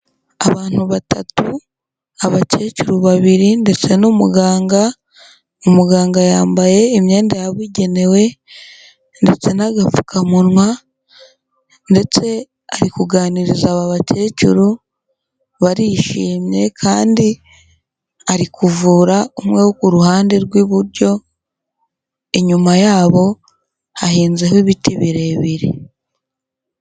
Abantu batatu, abakecuru babiri ndetse n'umuganga, umuganga yambaye imyenda yabugenewe, ndetse n'agapfukamunwa, ndetse ari kuganiriza aba bakecuru, barishimye, kandi ari kuvura umwe wo ku ruhande rw'iburyo, inyuma yabo hahinzeho ibiti birebire.